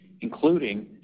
including